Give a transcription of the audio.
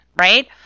Right